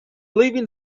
leaving